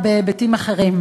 ככנסת,